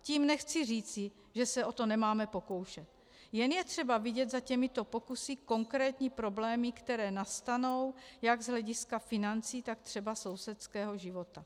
Tím nechci říci, že se o to nemáme pokoušet, jen je třeba vidět za těmito pokusy konkrétní problémy, které nastanou jak z hlediska financí, tak třeba sousedského života.